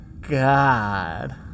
god